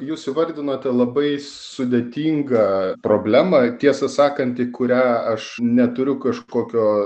jūs įvardinote labai sudėtingą problemą tiesą sakant į kurią aš neturiu kažkokio